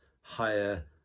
higher